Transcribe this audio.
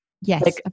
Yes